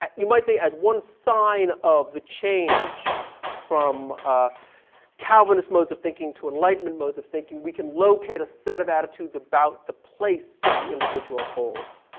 you might say as one sign of the change from ah calvinist modes of thinking to enlightenment modes of thinking, we can locate a set of attitudes about the place that the individual holds,